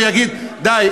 ויגיד: די,